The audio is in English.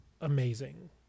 amazing